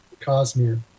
Cosmere